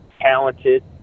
talented